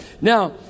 Now